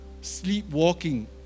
Sleepwalking